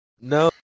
no